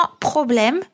problème